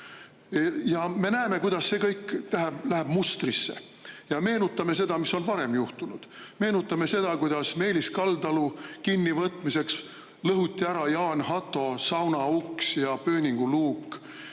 Me näeme, kuidas see kõik läheb mustrisse. Meenutame seda, mis on varem juhtunud. Meenutame seda, kuidas Meelis Kaldalu kinnivõtmiseks lõhuti ära Jaan Hatto saunauks ja pööninguluuk,